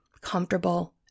comfortable